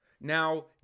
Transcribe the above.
Now